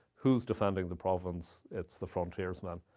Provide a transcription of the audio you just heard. who's defending the province? it's the frontiersmen.